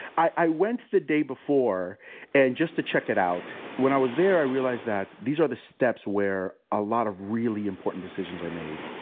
i i went the day before and just to check it out. when i was there, i realized that these are the steps where a lot of really important decisions are made.